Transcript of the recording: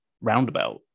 roundabout